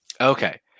Okay